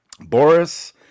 boris